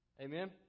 Amen